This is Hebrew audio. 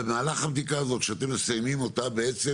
במהלך הבדיקה הזאת שאתם מסיימים אותה, בעצם